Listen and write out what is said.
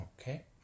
Okay